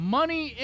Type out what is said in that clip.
Money